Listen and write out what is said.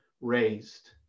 raised